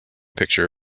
picture